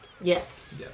Yes